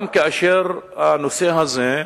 גם כאשר הנושא הזה,